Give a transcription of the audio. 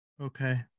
Okay